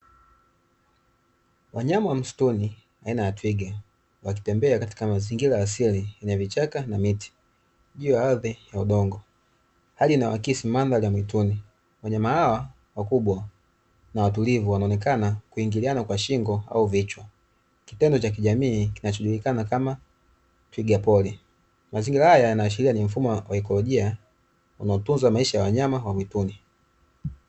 Wanyama wa msituni aina ya twiga wakitembea katika mazingira ya asili ya vichaka na miti juu ya ardhi ya udongo hali inayoakisi mandhari ya mwituni, wanyama hawa wakubwa na watulivu wanaonekana kuingiliana kwa shingo au vichwa kitendo cha kijamii kinachojulikana kama twiga pori. Mazingira haya yanaashiria ni mfumo wa maikrolojia unaotunza maisha ya wanyama wa mwituni.